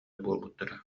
буолбуттара